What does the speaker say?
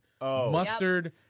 mustard